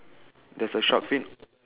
there's a shark fin